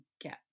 get